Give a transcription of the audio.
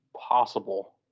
possible